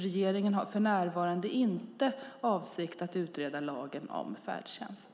Regeringen har för närvarande inte för avsikt att utreda lagen om färdtjänst.